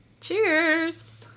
Cheers